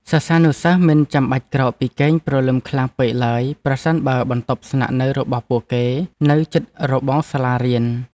សិស្សានុសិស្សមិនចាំបាច់ក្រោកពីគេងពីព្រលឹមខ្លាំងពេកឡើយប្រសិនបើបន្ទប់ស្នាក់នៅរបស់ពួកគេនៅជិតរបងសាលារៀន។